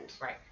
Right